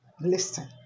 Listen